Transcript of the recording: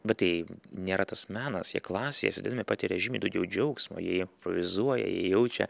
bet tai nėra tas menas jie klasės dalimi patiria žymiai daugiau džiaugsmo jie vizuoja jie jaučia